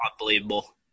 Unbelievable